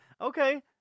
Okay